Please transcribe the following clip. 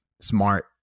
Smart